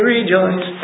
rejoice